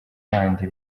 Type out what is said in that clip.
bandi